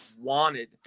wanted